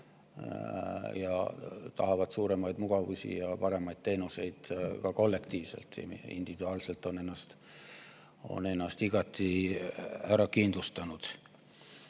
saada suuremaid mugavusi ja paremaid teenuseid ka kollektiivselt, individuaalselt on ennast igati ära kindlustatud.